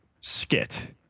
skit